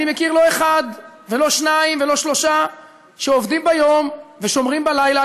אני מכיר לא אחד ולא שניים ולא שלושה שעובדים ביום ושומרים בלילה.